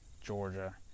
Georgia